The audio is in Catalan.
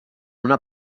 una